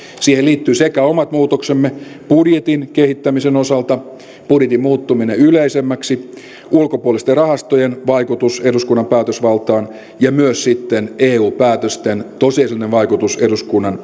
siihen liittyvät sekä omat muutoksemme budjetin kehittämisen osalta budjetin muuttuminen yleisemmäksi ulkopuolisten rahastojen vaikutus eduskunnan päätösvaltaan että myös sitten eu päätösten tosiasiallinen vaikutus eduskunnan